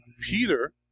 Peter